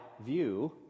view